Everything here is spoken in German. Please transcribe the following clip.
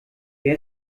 wer